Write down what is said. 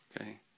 Okay